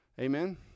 Amen